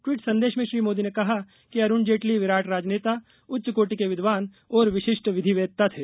tweet संदेश में श्री मोदी ने कहा कि अरुण जेटली विराट राजनेता उच्च कोटि के विद्वान और विशिष्ट विधिवेत्ता थे